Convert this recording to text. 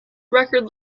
record